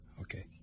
Okay